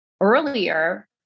earlier